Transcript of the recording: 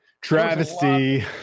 Travesty